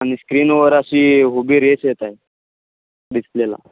आणि स्क्रीनवर अशी उभी रेघ येत आहे डिस्प्लेला